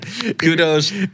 Kudos